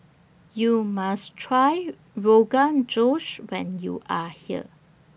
YOU must Try Rogan Josh when YOU Are here